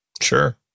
Sure